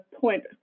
point